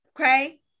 okay